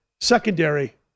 secondary